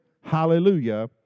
hallelujah